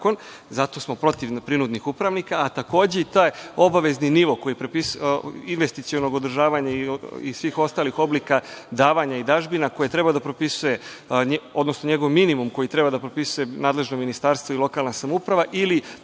zato smo protiv prinudnih upravnika. Takođe i taj obavezni nivo investicionog održavanja i svih ostalih oblika davanja i dažbina koje treba da propisuje, odnosno njegovo minimum koji treba da propisuje nadležno ministarstvo i lokalna samouprava ili